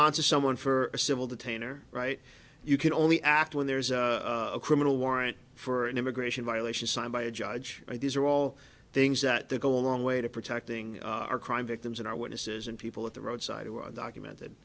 on to someone for a civil detain or right you can only act when there's a criminal warrant for an immigration violation signed by a judge and these are all things that they go a long way to protecting our crime victims and our witnesses and people at the roadside who are documented